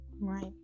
Right